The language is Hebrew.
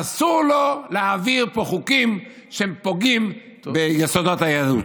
אסור לו להעביר פה חוקים שפוגעים ביסודות היהדות.